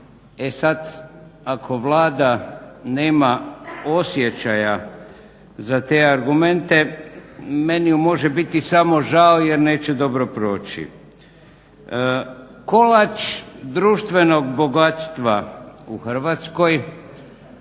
E sad, ako Vlada nema osjećaja za te argumente meni je može biti samo žao jer neće dobro proći. Kolač društvenog bogatstva u Hrvatskoj